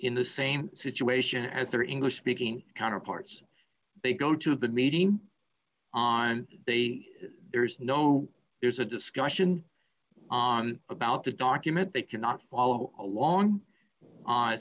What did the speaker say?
in the same situation as their english speaking counterparts they go to the meeting on they there is no there's a discussion on about the document they cannot follow along